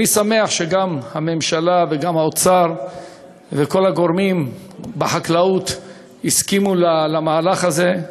אני שמח שגם הממשלה וגם האוצר וכל הגורמים בחקלאות הסכימו למהלך הזה.